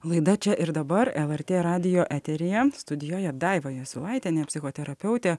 laida čia ir dabar lrt radijo eteryje studijoje daiva jasiulaitienė psichoterapeutė